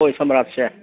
ꯍꯣꯏ ꯁꯃꯔꯥꯠꯁꯦ